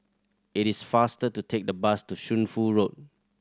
it is faster to take the bus to Shunfu Road